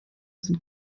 sind